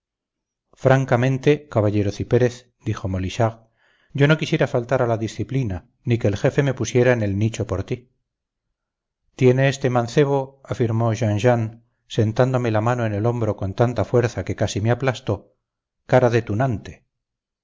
francamente caballero cipérez dijo molichard yo no quisiera faltar a la disciplina ni que el jefe me pusiera en el nicho por ti tiene este mancebo afirmó jean jean sentándome la mano en el hombro con tanta fuerza que casi me aplastó cara